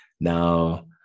Now